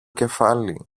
κεφάλι